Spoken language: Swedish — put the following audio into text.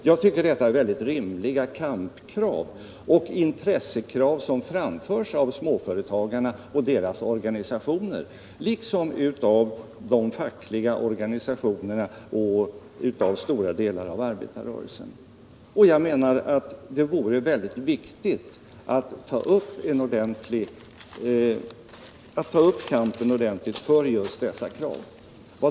Jag tycker detta är rimliga kampkrav och intressekrav som framförts av småföretagarna och deras organisationer liksom av de fackliga organisationerna och andra delar av arbetarrörelsen. Det är viktigt att ta upp kampen för dessa krav.